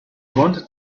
wanted